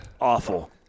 Awful